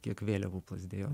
kiek vėliavų plazdėjo